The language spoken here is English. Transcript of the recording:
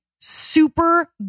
super